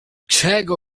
czego